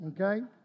Okay